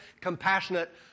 compassionate